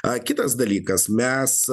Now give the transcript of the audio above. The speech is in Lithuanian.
kitas dalykas mes